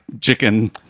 chicken